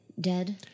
dead